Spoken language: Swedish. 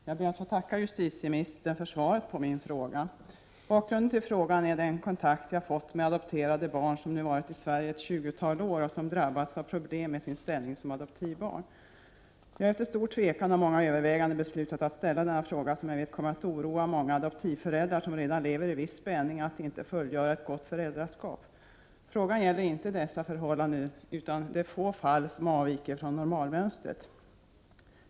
Fru talman! Jag ber att få tacka justitieministern för svaret på min fråga. Bakgrunden till frågan är den kontakt jag fått med adopterade barn som nu varit i Sverige ett tjugotal år och som drabbats av problem i sin ställning som adoptivbarn. Jag har efter stor tvekan och många överväganden beslutat att ställa denna fråga, som jag vet kommer att oroa många adoptivföräldrar som redan lever i en viss spänning på grund av fruktan att inte kunna fullgöra ett gott föräldraskap. Frågan gäller inte dessa förhållanden, utan de få fall som avviker från normalmönstret.